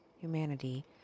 humanity